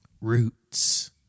Roots